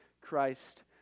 Christ